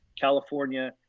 California